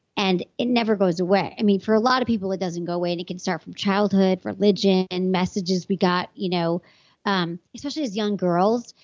and it never goes away. and for a lot of people, it doesn't go away, and it can start from childhood, religion, and messages we got you know um especially as young girls.